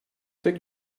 take